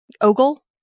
Ogle